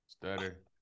Stutter